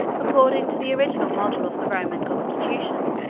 according to the original model of the roman constitution.